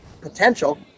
potential